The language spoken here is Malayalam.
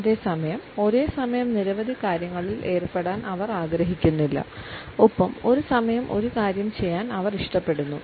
അതേസമയം ഒരേസമയം നിരവധി കാര്യങ്ങളിൽ ഏർപ്പെടാൻ അവർ ആഗ്രഹിക്കുന്നില്ല ഒപ്പം ഒരു സമയം ഒരു കാര്യം ചെയ്യാൻ അവർ ഇഷ്ടപ്പെടുന്നു